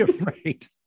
Right